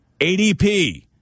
ADP